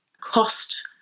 cost